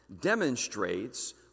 demonstrates